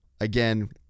Again